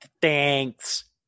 thanks